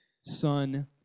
son